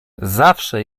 zawsze